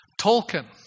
Tolkien